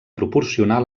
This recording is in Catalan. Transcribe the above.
proporcionar